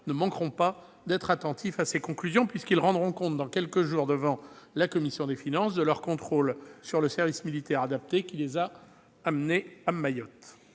ne manqueront pas d'être attentifs à ces conclusions, puisqu'ils rendront compte dans quelques jours devant la commission des finances de leur contrôle sur le service militaire adapté, qui les a amenés à Mayotte.